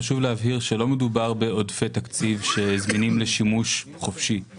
חשוב להבהיר שלא מדובר בעודפי תקציב שזמינים לשימוש חופשי,